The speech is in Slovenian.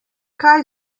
kaj